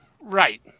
Right